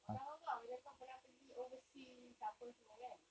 makan apa-apa ah macam kau pernah pergi overseas apa semua kan